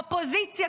אופוזיציה,